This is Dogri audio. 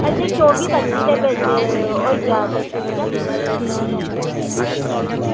असें चौबी पं'जी दे बिच्च होई जा ते ठीक ऐ